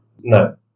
No